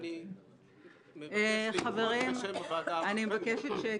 חברים, אני מבקשת שקט.